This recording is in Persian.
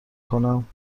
کنم